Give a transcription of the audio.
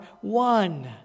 one